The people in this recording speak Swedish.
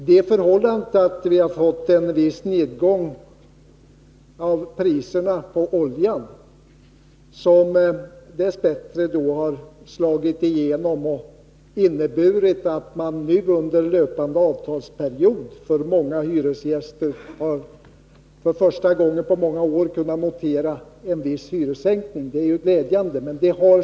Det förhållandet att det skett en viss nedgång i priserna på olja har dess bättre slagit igenom och inneburit att många hyresgäster för första gången på många år kunnat notera en viss hyressänkning under löpande avtalsperiod. Det är glädjande.